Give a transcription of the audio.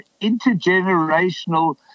intergenerational